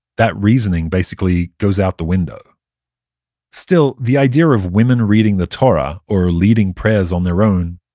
that reasoning basically goes out the window still, the idea of women reading the torah or leading prayers on their own,